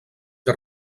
que